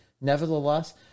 Nevertheless